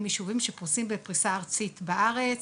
יישוביים הפרוסים בפריסה ארצית בארץ,